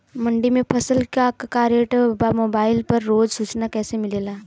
मंडी में फसल के का रेट बा मोबाइल पर रोज सूचना कैसे मिलेला?